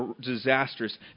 disastrous